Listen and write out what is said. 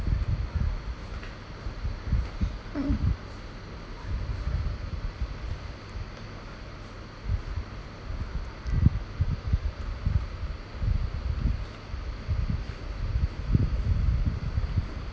mm